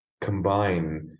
combine